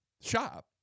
shop